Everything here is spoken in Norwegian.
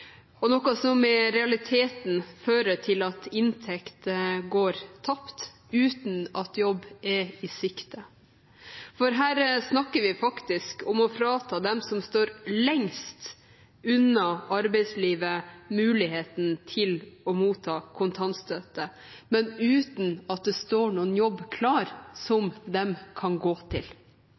folk, noe som i realiteten fører til at inntekt går tapt uten at jobb er i sikte. Her snakker vi faktisk om å frata dem som står lengst unna arbeidslivet, muligheten til å motta kontantstøtte, men uten at det står noen jobb klar som de kan gå til.